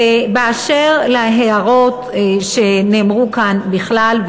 אשר להערות שנאמרו כאן בכלל,